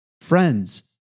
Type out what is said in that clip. Friends